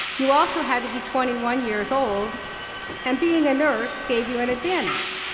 you also had to be twenty one years old and being a nurse gave you an advantage.